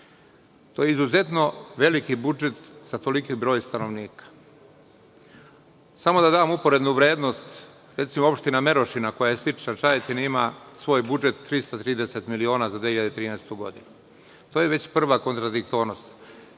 To je izuzetno veliki budžet za toliki broj stanovnika. Samo da dam uporednu vrednost. Recimo, Opština Merošina, koja je slična Čajetini ima svoj budžet 330.000.000 za 2013. godinu. To je već prva kontradiktornost.